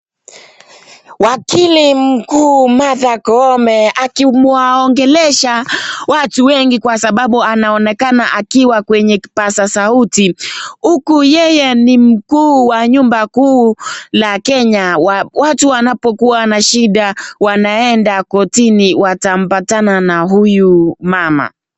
Wakili mkuu Martha Koome akiwaongelesha watu wengi kwa sababu anaonekana akiwa kwenye kipaza sauti huku yeye ni mkuu wa nyumba kuu la kenya. Watu wanapokuwa na shida wanaenda kortini watapatana na huyu mama.